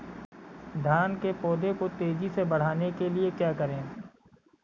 धान के पौधे को तेजी से बढ़ाने के लिए क्या करें?